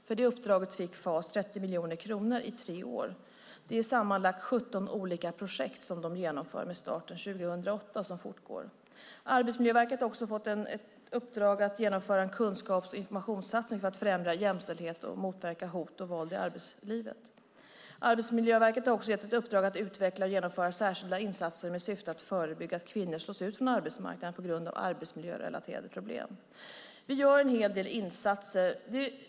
För det uppdraget fick FAS 30 miljoner kronor i tre år. Det är sammanlagt 17 olika projekt som de genomför med starten 2008 och som fortgår. Arbetsmiljöverket har fått i uppdrag att genomföra en kunskaps och informationssatsning för att främja jämställdhet och motverka hot och våld i arbetslivet. Arbetsmiljöverket har också fått i uppdrag att utveckla och genomföra särskilda insatser med syftet att förebygga att kvinnor slås ut från arbetsmarknaden på grund av arbetsmiljörelaterade problem. Vi gör en hel del insatser.